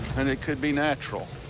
and it could be natural.